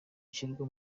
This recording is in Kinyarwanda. ushyirwa